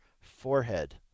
forehead